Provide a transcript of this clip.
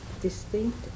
distinct